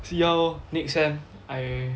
see how next sem I